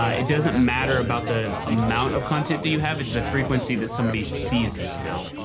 ah it doesn't matter about the amount of content that you have, it's the frequency that somebody sees it. now,